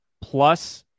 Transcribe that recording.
plus